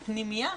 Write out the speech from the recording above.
פנימייה,